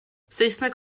saesneg